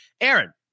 Aaron